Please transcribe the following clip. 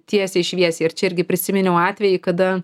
tiesiai šviesiai ir čia irgi prisiminiau atvejį kada